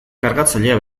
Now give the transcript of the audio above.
kargatzailea